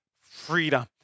freedom